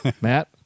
Matt